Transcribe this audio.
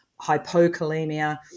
hypokalemia